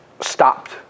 Stopped